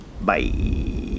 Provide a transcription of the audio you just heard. Bye